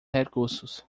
recursos